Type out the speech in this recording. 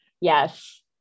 yes